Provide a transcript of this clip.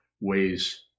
ways